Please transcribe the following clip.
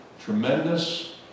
Tremendous